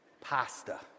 pasta